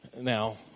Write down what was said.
Now